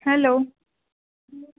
hello